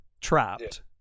trapped